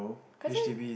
cause I